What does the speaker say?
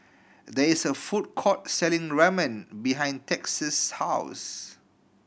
there is a food court selling Ramen behind Texas' house